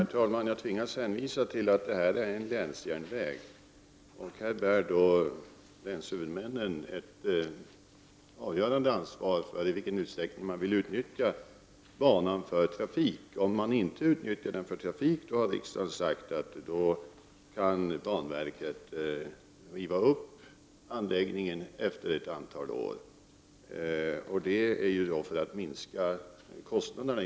Herr talman! Jag tvingas hänvisa till att Dellenbanan är en länsjärnväg. Länshuvudmännen bär alltså ett avgörande ansvar för i vilken utsträckning banan skall utnyttjas för trafik. Riksdagen har uttalat att banverket, om banan inte utnyttjas för trafik, kan riva upp anläggningen efter ett antal år — detta för att minska kostnaderna.